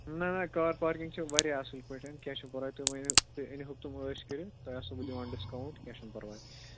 نہ نہ car parking چھِ واریاہ اَصٕل پٲٹھۍ کینٛہہ چھُنہٕ پَرواے تُہۍ ؤنِو تُہۍ أنۍ ہُک تِم عٲش کٔرِتھ تۄہہِ آسو بہٕ دِوان ڈسکاونٹ کینٛہہ چھُنہٕ پرواے